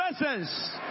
presence